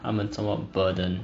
他们这么 burden